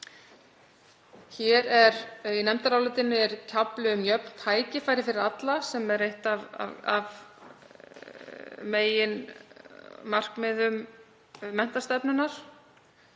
Í nefndarálitinu er kafli um jöfn tækifæri fyrir alla sem er eitt af meginmarkmiðum menntastefnunnar.